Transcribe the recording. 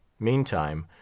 meantime,